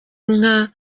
inka